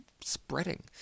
spreading